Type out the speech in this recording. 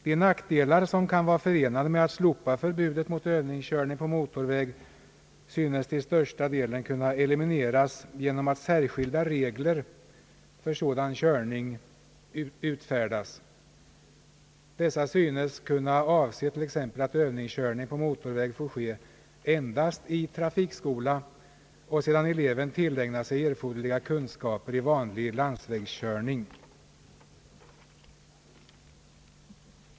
De nackdelar som kan vara förenade med att slopa förbudet mot övningskörning på motorväg synes till största delen kunna elimineras genom att särskilda regler för sådan körning utfärdas. Dessa synes kunna avse t.ex. att övningskörning på motorväg får ske endast i trafikskola och sedan eleven tillägnat sig erforderliga kunskaper i vanlig landsvägskörning.